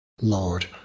Lord